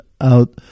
out